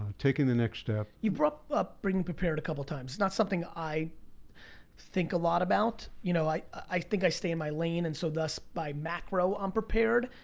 taking the next step. you brought up being prepared a couple times. it's not something i think a lot about. you know i i think i stay in my lane, and so thus, by macro, i'm prepared.